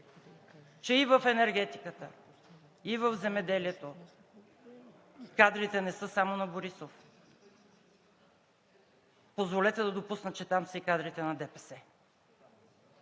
че и в енергетиката, и в земеделието кадрите не са само на Борисов. Позволете да допусна, че там са и кадрите на ДПС.